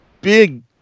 big